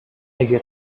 اگه